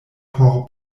por